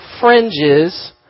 fringes